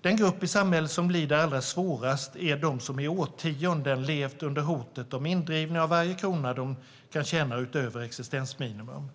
Den grupp i samhället som lider allra svårast är de som i årtionden levt under hotet om indrivning av varje krona de kan tjäna utöver existensminimum.